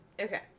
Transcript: okay